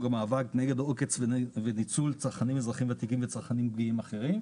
המאבק נגד עוקץ וניצול צרכנים אזרחים ותיקים וצרכנים פגיעים אחרים.